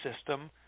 system